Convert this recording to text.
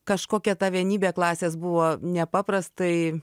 kažkokia ta vienybė klasės buvo nepaprastai